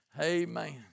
Amen